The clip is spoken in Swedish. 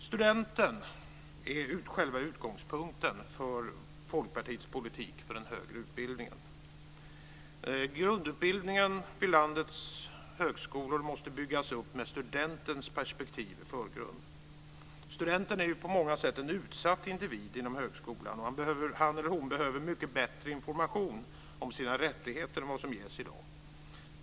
Studenten är själva utgångspunkten för Folkpartiets politik för den högre utbildningen. Grundutbildningen vid landets högskolor måste byggas upp med studentens perspektiv i förgrunden. Studenten är på många sätt en utsatt individ inom högskolan, och han eller hon behöver mycket bättre information om sina rättigheter än vad som ges i dag.